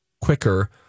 quicker